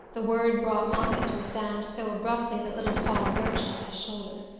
the word brought moffatt to a stand so abruptly that little paul lurched on his shoulder.